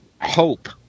hope